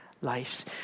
lives